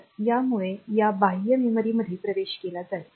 तर यामुळे या बाह्य मेमरीमध्ये प्रवेश होईल